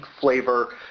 flavor